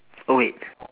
oh wait